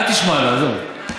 אל תשמע לה, עזוב.